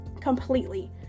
completely